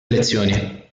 elezioni